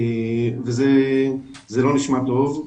וזה ממש לא נשמע טוב.